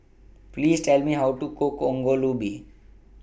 Please Tell Me How to Cook Ongol Ubi